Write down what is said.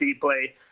play